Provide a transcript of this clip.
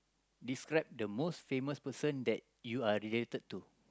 describe the most famous person that you are related to